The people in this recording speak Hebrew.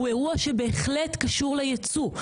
הוא אירוע שבהחלט קשור ליצור.